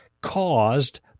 caused